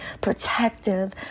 protective